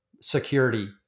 security